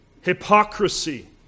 hypocrisy